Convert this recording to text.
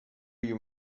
you